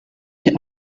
der